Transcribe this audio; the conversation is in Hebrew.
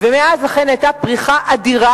אני מבקשת את סליחתך.